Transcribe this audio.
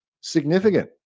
significant